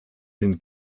den